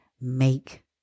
make